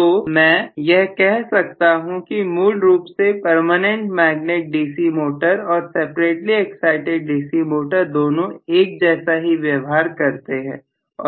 तो नहीं कह सकता हूं कि मूल रूप से परमानेंट मैग्नेट डीसी मोटर और सेपरेटली एक्साइटिड डीसी मोटर दोनों एक जैसा ही व्यवहार करते हैं